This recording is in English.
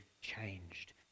changed